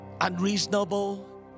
unreasonable